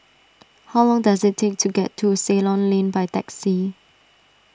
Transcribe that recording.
how long does it take to get to Ceylon Lane by taxi